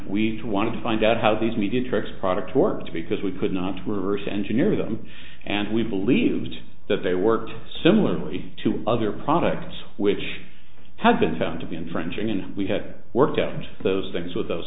we wanted to find out how these mediatrix products work because we could not reverse engineer them and we believed that they worked similarly to other products which had been found to be infringing and we had worked out and those things with those